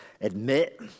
admit